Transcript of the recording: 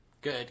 good